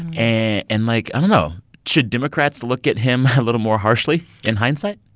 and and and, like, i don't know should democrats look at him a little more harshly in hindsight?